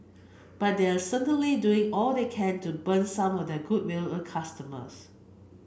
but they're certainly doing all they can to burn some of their goodwill with customers